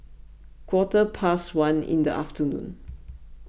quarter past one in the afternoon